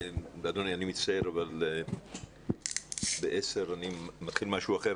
אדוני, אני מצטער, אבל בעשר אני מתחיל משהו אחר.